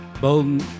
Bolden